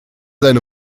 seine